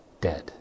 dead